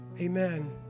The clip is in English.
Amen